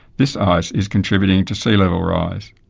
this ice is contributing to sea level rise.